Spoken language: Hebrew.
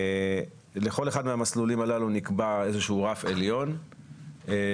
לכל אחד מהמסלולים הללו נקבע איזה שהוא רף עליון שפה